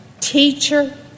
teacher